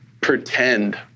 pretend